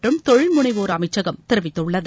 மற்றும் தொழில்முனைவோர் அமைச்சகம் தெரிவித்துள்ளது